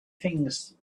things